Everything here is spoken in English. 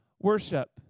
worship